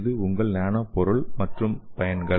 இது உங்கள் நானோ பொருள் மற்றும் பயன்கள்